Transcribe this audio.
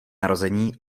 narození